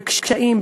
בקשיים,